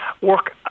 work